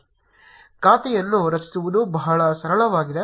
ಖಾತೆಯನ್ನು ರಚಿಸುವುದು ಬಹಳ ಸರಳವಾಗಿದೆ